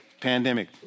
Pandemic